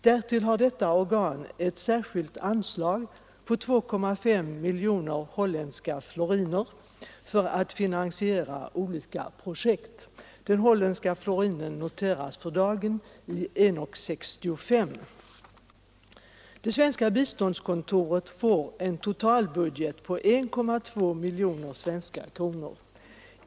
Därtill har detta organ ett särskilt anslag på 2,5 miljoner holländska floriner för att finansiera olika projekt. Den holländska florinen noteras för dagen i 1:65 kronor. Det svenska biståndskontoret får en totalbudget på 1,2 miljoner svenska kronor.